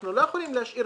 אנחנו לא יכולים להשאיר